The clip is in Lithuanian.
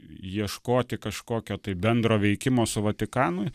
ieškoti kažkokio tai bendro veikimo su vatikanu